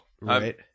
Right